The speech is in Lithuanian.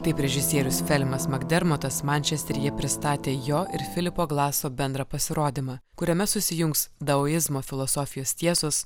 taip režisierius felimas magdermatas mančesteryje pristatė jo ir filipo glaso bendrą pasirodymą kuriame susijungs daoizmo filosofijos tiesos